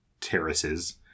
terraces